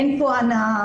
אין כאן הנאה,